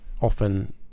often